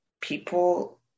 people